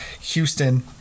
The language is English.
Houston